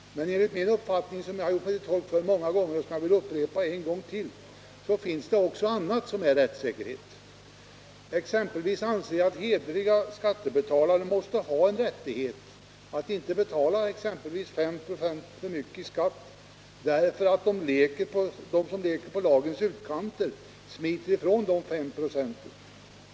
Men som jag har framhållit många gånger — och vill upprepa en gång till — finns det också annat som är rättssäkerhet. Jag anser exempelvis att hederliga skattebetalare måste ha en rättighet att inte betala 5 96 för mycket i skatt därför att de som leker i lagens utkanter smiter ifrån dessa 5 96.